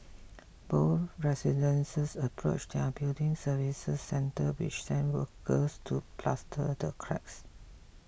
both residents approached their building services centre which sent workers to plaster the cracks